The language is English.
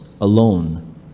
alone